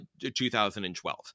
2012